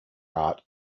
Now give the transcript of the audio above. art